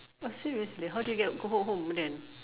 oh serious then how did you get go ho~ home then